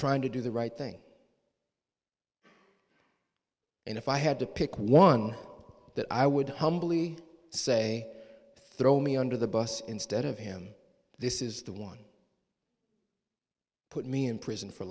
trying to do the right thing and if i had to pick one that i would humbly say throw me under the bus instead of him this is the one put me in prison for